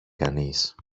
κανείς